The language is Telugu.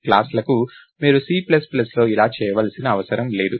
క్లాస్ లకు మీరు C ప్లస్ ప్లస్లో ఇలా చేయవలసిన అవసరం లేదు